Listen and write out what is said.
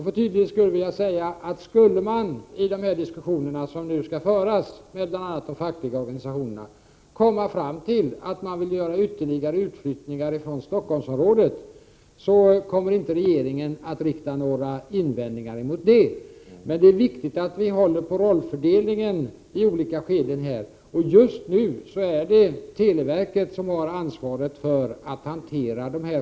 För tydlighetens skull vill jag säga: Skulle man i de diskussioner som nu skall föras med bl.a. de fackliga organisationerna komma fram till önskemål om ytterligare utflyttningar från Stockholmsområdet, kommer regeringen inte att rikta några invändningar mot dessa. Men det är viktigt att vi håller på rollfördelningen i olika skeden. Just nu är det televerket som har ansvaret för att hantera dessa frågor.